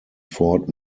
fort